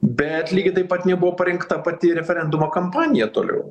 bet lygiai taip pat nebuvo parinkta pati referendumo kampanija toliau